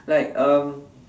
like uh